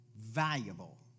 valuable